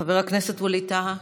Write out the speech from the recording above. חבר הכנסת ווליד טאהא,